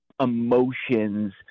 emotions